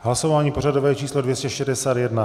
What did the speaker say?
Hlasování pořadové číslo 261.